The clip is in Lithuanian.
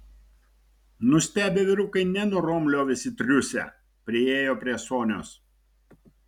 nustebę vyrukai nenorom liovėsi triūsę priėjo prie sonios